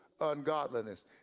ungodliness